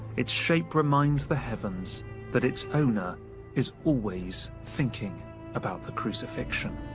its shape reminds the heavens that its owner is always thinking about the crucifixion.